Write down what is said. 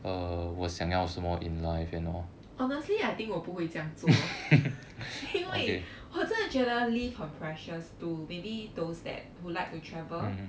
honestly I think 我不会这样做因为我真的觉得 leave 很 precious to maybe those that who like to travel